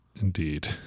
Indeed